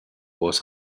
was